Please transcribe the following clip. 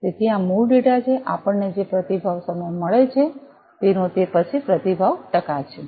તેથી આ મૂળ ડેટા છે આપણને જે પ્રતિભાવ સમય મળે છે તેનો તે છે પછી પ્રતિભાવ ટકા છે